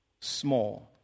small